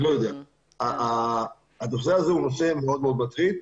הנושא הזה מטריד מאוד.